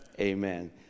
Amen